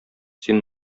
син